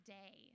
day